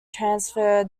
transfer